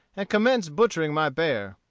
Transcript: and commenced butchering my bear.